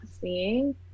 seeing